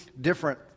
different